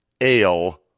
ale